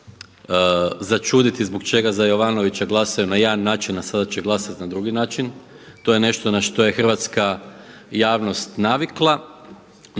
začuditi zbog čega za Jovanivića glasaju na jedan način, a sada će glasati na drugi način. To je nešto na što je hrvatska javnost navikla,